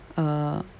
uh